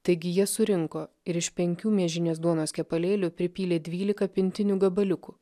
taigi jie surinko ir iš penkių miežinės duonos kepalėlių pripylė dvylika pintinių gabaliukų